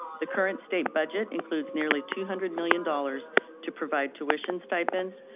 the current state budget includes nearly two hundred million dollars to provide tuition stipends,